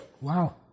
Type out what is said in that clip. wow